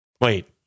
wait